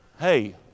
hey